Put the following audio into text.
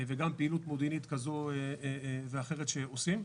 וגם פעילות מודיעינית כזאת ואחרת שעושים.